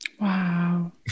Wow